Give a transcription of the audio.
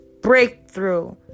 breakthrough